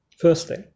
Firstly